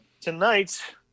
Tonight